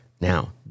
Now